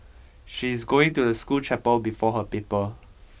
she's going to the school chapel before her paper